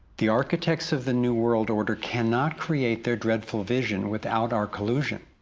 the architects of the new world order can not create their dreadful vision without our collusion.